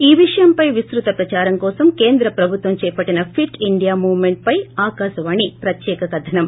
ఈ విషయంపై విసృత పచారం కోసం కేంద పభుత్వం చేపట్టిన ఫిట్ ఇండియా మూవ్ మెంట్ పై ఆకాశవాణి పత్యేక కధనం